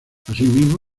asimismo